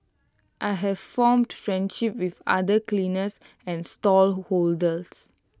I have formed friendships with other cleaners and stallholders